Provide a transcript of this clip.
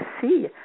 see